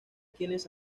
quienes